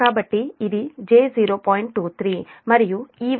23 మరియు ఈ వైపు j0